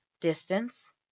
Distance